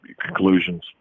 conclusions